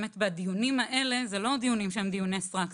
הדיונים האלה לא דיוני סרק,